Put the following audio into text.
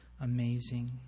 amazing